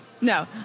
No